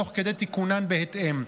תוך כדי תיקונן בהתאם.